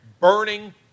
burning